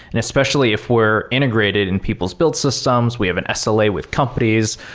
and especially if we're integrated in people's build systems, we have an sla with companies.